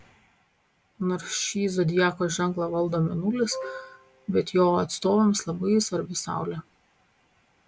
nors šį zodiako ženklą valdo mėnulis bet jo atstovams labai svarbi saulė